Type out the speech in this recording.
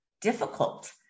difficult